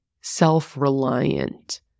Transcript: self-reliant